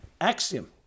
axiom